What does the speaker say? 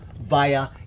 via